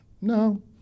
No